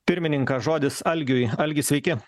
pirmininką žodis algiui algi sveiki